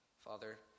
Father